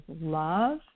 love